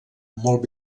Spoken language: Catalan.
molt